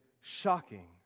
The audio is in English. shocking